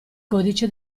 codice